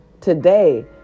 today